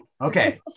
Okay